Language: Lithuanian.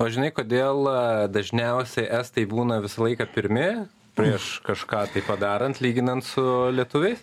o žinai kodėl dažniausiai estai būna visą laiką pirmi prieš kažką padarant lyginant su lietuviais